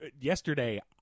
yesterday